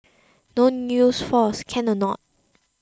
don't use force can or not